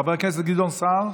חבר הכנסת גדעון סער,